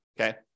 okay